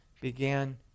began